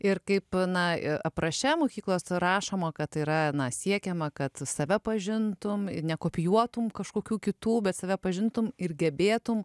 ir kaip na ir apraše mokyklos rašoma kad yra siekiama kad save pažintumei ir nekopijuotų kažkokių kitų bet save pažintumei ir gebėtumei